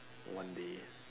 one day